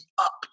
up